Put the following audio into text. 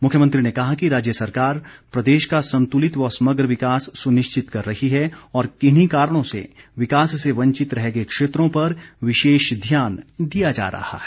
मुख्यमंत्री ने कहा कि राज्य सरकार प्रदेश का संतुलित व समग्र विकास सुनिश्चित कर रही है और किन्हीं कारणों से विकास से वंचित रह गए क्षेत्रों पर विशेष ध्यान दिया जा रहा है